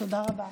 תודה רבה.